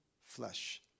flesh